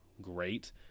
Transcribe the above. great